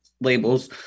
labels